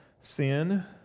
sin